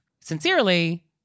Sincerely